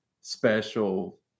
special